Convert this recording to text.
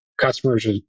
customers